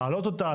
להעלות אותה,